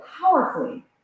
powerfully